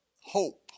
Hope